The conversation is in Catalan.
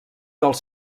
dels